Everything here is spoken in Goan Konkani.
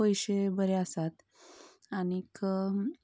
पयशें बरें आसात आनीक